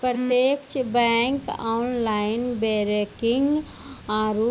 प्रत्यक्ष bank online banking आरू